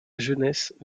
jeunesse